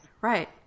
right